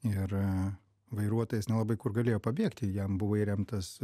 ir vairuotojas nelabai kur galėjo pabėgti jam buvo įremtas